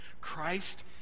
Christ